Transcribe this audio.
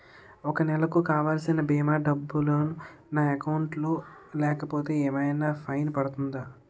ఒక నెలకు కావాల్సిన భీమా డబ్బులు నా అకౌంట్ లో లేకపోతే ఏమైనా ఫైన్ పడుతుందా?